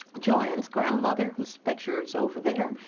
joann's grandmother, whose picture is over there,